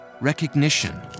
recognition